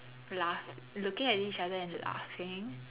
laugh looking at each other and laughing